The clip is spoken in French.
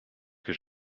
que